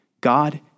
God